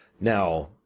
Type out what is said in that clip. Now